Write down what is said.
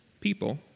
people